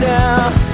now